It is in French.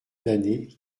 d’années